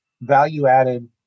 value-added